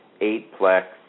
eightplex